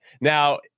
Now